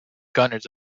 gunners